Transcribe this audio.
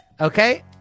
Okay